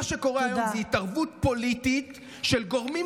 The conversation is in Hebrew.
מה שקורה היום זה התערבות פוליטית של גורמים